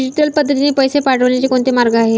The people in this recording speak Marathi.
डिजिटल पद्धतीने पैसे पाठवण्याचे कोणते मार्ग आहेत?